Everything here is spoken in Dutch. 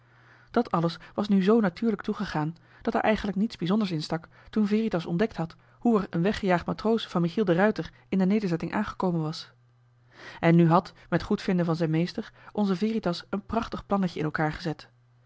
dat alles was nu zoo natuurlijk toegegaan dat er eigenlijk niets bijzonders in stak toen veritas ontdekt had hoe er een weggejaagd matroos van michiel de ruijter in de nederzetting aangekomen was en nu had met goedvinden van zijn meester onze veritas een prachtig plannetje in elkaar gezet